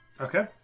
Okay